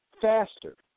faster